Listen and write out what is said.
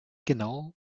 genau